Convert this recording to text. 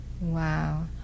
wow